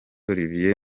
olivier